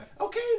Okay